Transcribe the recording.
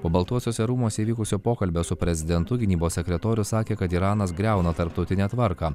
po baltuosiuose rūmuose vykusio pokalbio su prezidentu gynybos sekretorius sakė kad iranas griauna tarptautinę tvarką